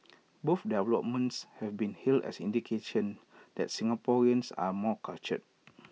both developments have been hailed as indication that Singaporeans are more cultured